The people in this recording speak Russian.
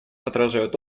отражают